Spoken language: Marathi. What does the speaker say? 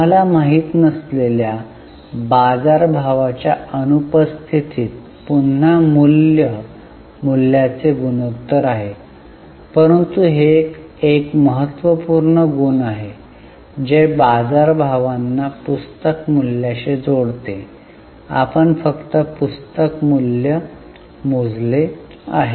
आम्हाला माहित नसलेल्या बाजार भावाच्या अनुपस्थितीत पुन्हा मूल्य मूल्याचे गुणोत्तर आहे परंतु हे एक महत्त्वपूर्ण गुण आहे जे बाजारभावांना पुस्तक मूल्याशी जोडते आपण फक्त पुस्तक मूल्य मोजले आहे